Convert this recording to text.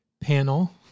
panel